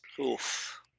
Oof